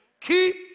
keep